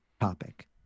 topic